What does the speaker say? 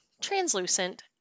translucent